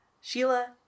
Sheila